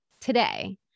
today